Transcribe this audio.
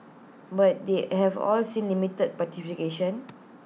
but they have all seen limited participation